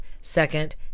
second